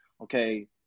okay